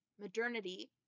modernity